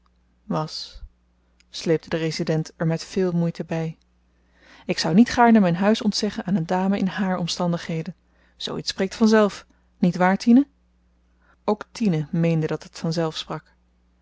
was sleepte de resident er met veel moeite by ik zou niet gaarne myn huis ontzeggen aan een dame in hààr omstandigheden zoo iets spreekt vanzelf niet waar tine ook tine meende dat het vanzelf sprak